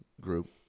group